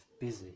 busy